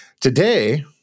Today